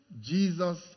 Jesus